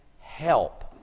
help